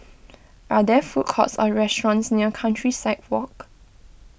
are there food courts or restaurants near Countryside Walk